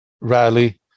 rally